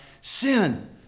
sin